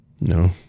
No